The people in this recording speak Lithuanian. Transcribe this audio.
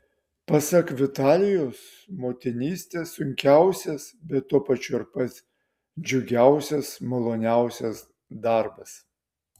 pasak vitalijos motinystė sunkiausias bet tuo pačiu ir pats džiugiausias maloniausias darbas